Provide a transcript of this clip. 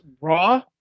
Raw